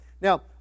Now